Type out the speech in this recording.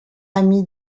ami